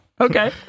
Okay